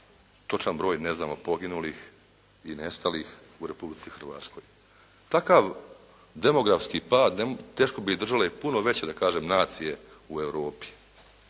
Točan broj ne znamo poginulih i nestalih u Republici Hrvatskoj. Takav demografski pad teško bi izdržale i puno veće da kažem nacije u Europi